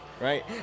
Right